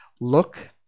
Look